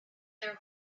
their